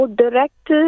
direct